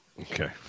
Okay